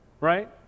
Right